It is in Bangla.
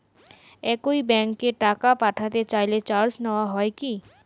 একই ব্যাংকে টাকা পাঠাতে চাইলে চার্জ নেওয়া হয় কি?